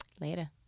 Later